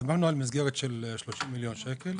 דיברנו על מסגרת של 30 מיליון שקל.